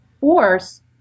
force